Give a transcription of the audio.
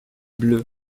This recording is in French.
bleue